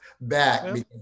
back